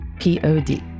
p-o-d